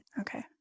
Okay